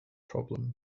problem